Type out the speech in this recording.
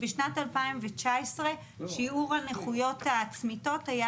בשנת 2019 שיעור הנכויות הצמיתות היה